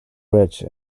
rich